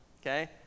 okay